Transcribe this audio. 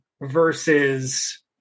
versus